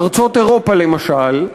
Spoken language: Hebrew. ארצות באירופה למשל,